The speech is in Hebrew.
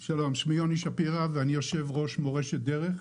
שלום, שמי יוני שפירא ואני יושב-ראש "מורשת דרך"